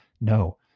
no